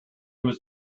was